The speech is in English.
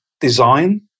design